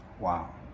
Wow